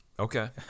Okay